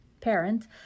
parent